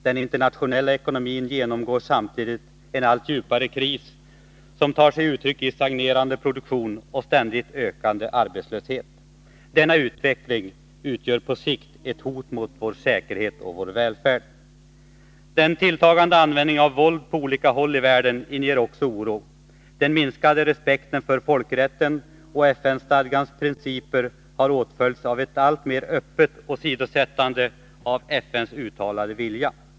Den internationella ekonomin genomgår samtidigt en allt djupare kris, som tar sig uttryck i stagnerande produktion och ständigt ökande arbetslöshet. Denna utveckling utgör på sikt ett hot mot vår säkerhet och vår välfärd. Den tilltagande användningen av våld på olika håll i världen inger också oro. Den minskande respekten för folkrätten och FN-stadgans principer har åtföljts av ett alltmer öppet åsidosättande av FN:s uttalade vilja.